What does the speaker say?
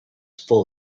full